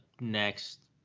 next